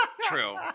true